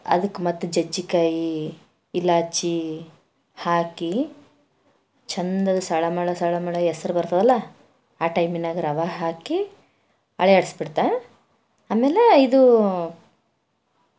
ಅದಕ್ಕೆ ಮತ್ತು ಜಜ್ಜಿಕಾಯಿ ಇಲಾಚಿ ಹಾಕಿ ಚಂದದ ಸಳಮಳ ಸಳಮಳ ಹೆಸ್ರು ಬರ್ತದಲ್ಲ ಆ ಟೈಮಿನಾಗ ರವೆ ಹಾಕಿ ಅಲ್ಲಾಡ್ಸಿಬಿಡ್ತಾ ಆಮೇಲೆ ಇದು